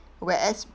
whereas